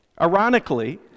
Ironically